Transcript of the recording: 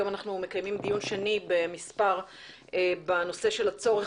היום אנחנו מקיימים דיון שני בנושא של הצורך